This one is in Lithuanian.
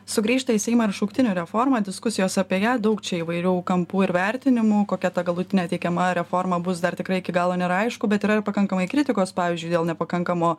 sugrįžta į seimą ir šauktinių reforma diskusijos apie ją daug čia įvairių kampų ir vertinimų kokia ta galutinė teikiama reforma bus dar tikrai iki galo nėra aišku bet yra ir pakankamai kritikos pavyzdžiui dėl nepakankamo